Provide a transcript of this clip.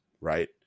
right